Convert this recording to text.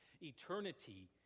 eternity